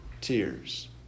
tears